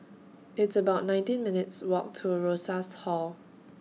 It's about nineteen minutes' Walk to Rosas Hall